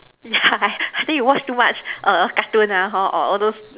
yeah I I think you watch too much err cartoon lah or all those